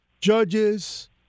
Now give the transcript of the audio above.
judges